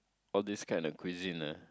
all this kind of cuisine ah